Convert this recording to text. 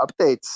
updates